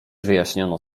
wyjaśniono